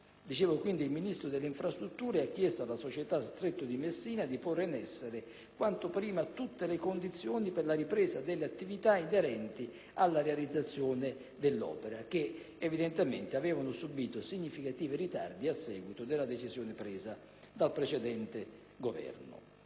un costo economico gravante sull'intera comunità nazionale), di porre in essere quanto prima tutte le condizioni per la ripresa delle attività inerenti alla realizzazione dell'opera, che evidentemente avevano subito significativi ritardi a seguito della decisione presa dal precedente Governo.